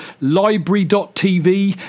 Library.TV